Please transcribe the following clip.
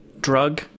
drug